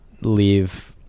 leave